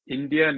India